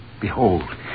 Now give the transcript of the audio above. behold